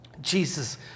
Jesus